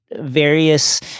various